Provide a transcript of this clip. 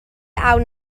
awn